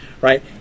right